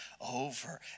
over